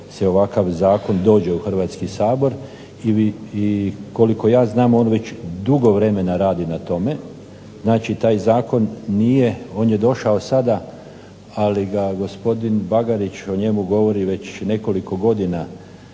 ovakav zakon dođe u Hrvatski sabor i koliko ja znam on već dugo vremena radi na tome. Znači taj zakon nije, on je došao sada, ali gospodin Bagarić o njemu govori već nekoliko godina